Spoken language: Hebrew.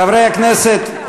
חברי הכנסת,